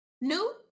new